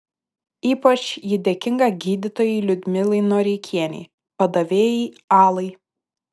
ypač ji dėkinga gydytojai liudmilai noreikienei padavėjai alai